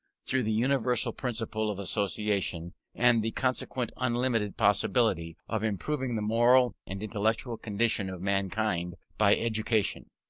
through the universal principle of association, and the consequent unlimited possibility of improving the moral and intellectual condition of mankind by education.